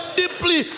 deeply